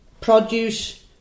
produce